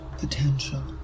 potential